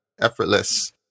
Effortless